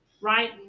right